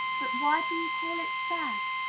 but why do you call it sad?